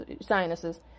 sinuses